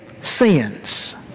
sins